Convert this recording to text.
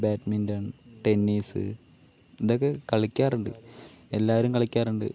badminton tennis ഇതൊക്കെ കളിക്കാറുണ്ട് എല്ലാരും കളിക്കാറുണ്ട്